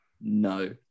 No